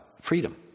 freedom